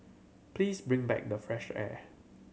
please bring back the fresh air